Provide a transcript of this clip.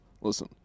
listen